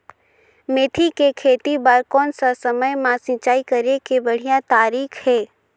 मेथी के खेती बार कोन सा समय मां सिंचाई करे के बढ़िया तारीक हे?